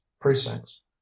precincts